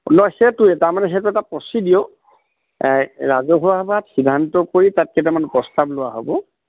নহয় সেইটোৱে তাৰমানে সেইটো এটা প্ৰছিডেউৰ ৰাজহুৱা সভাত সিদ্ধান্ত কৰি তাত কেইটামানে প্ৰস্তাৱ লোৱা হ'ব